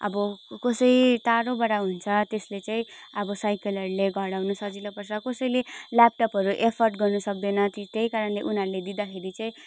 अब कसै टाढोबाट हुन्छ त्यसले चाहिँ अब साइकिलहरूले घर आउनु सजिलो पर्छ कसैले ल्यापटपहरू एफोर्ड गर्नुसक्दैन त्यही त्यही कारणले उनीहरूले दिँदाखेरि चाहिँ